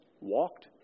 walked